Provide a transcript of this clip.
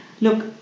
look